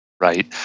Right